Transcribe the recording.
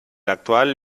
actual